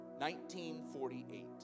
1948